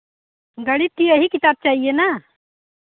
गणित की यही किताब चाहिए ना